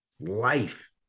Life